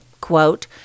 quote